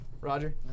Roger